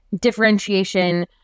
differentiation